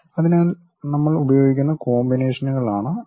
അതിനാൽ നമ്മൾ ഉപയോഗിക്കുന്ന കോമ്പിനേഷനുകളാണ് ഇവ